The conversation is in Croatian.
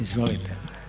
Izvolite.